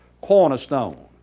cornerstone